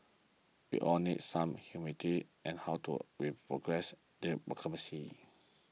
we all need some humility as how to we progress there